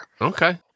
Okay